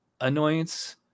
annoyance